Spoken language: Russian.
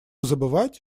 забывать